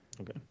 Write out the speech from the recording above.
Okay